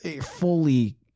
fully